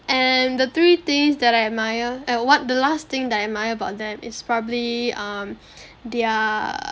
and the three things that I admire eh what the last thing that I admire about them is probably um their